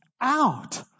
out